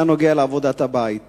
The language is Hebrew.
אלא נוגע לעבודת הבית.